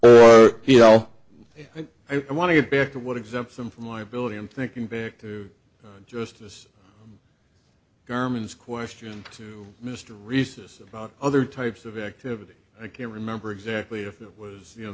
you know i want to get back to what exempt them from liability i'm thinking back to justice garman's question to mr rhesus about other types of activity i can't remember exactly if it was you know